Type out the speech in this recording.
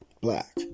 black